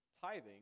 tithing